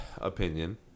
opinion